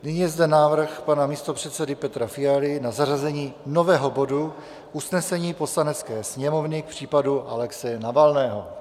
Nyní je zde návrh pana místopředsedy Petra Fialy na zařazení nového bodu Usnesení Poslanecké sněmovny k případu Alexeje Navalného.